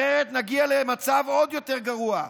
אחרת נגיע למצב עוד יותר גרוע.